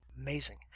Amazing